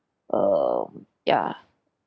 um ya